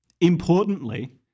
importantly